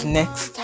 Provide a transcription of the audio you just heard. next